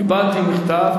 קיבלתי מכתב.